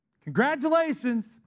Congratulations